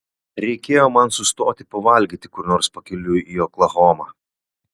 reikėjo man sustoti pavalgyti kur nors pakeliui į oklahomą